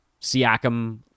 Siakam